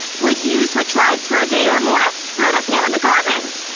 would you switch lives for a day or more? let us know in the comments!